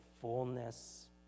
fullness